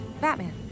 Batman